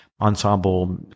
ensemble